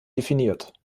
definiert